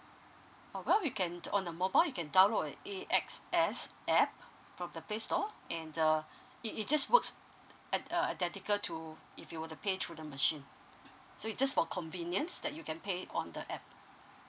oh well you can on the mobile you can download an a s x app from the play store and err it just works at a identical to if you were to pay through the machine so you just for convenience that you can pay on the app